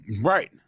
Right